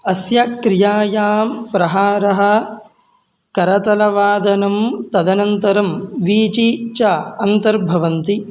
अस्य क्रियायां प्रहारः करतलवादनं तदनन्तरं वीचि च अन्तर्भवन्ति